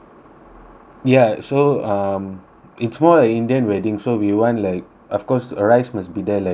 ya so um it's more like indian wedding so we want like of course a rice must be there like you know like